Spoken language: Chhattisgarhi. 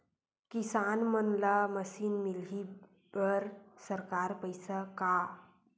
किसान मन ला मशीन मिलही बर सरकार पईसा का?